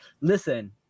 Listen